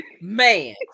man